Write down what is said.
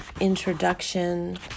introduction